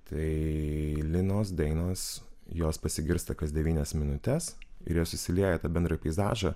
tai linos dainos jos pasigirsta kas devynias minutes ir jos įsilieja į tą bendrą peizažą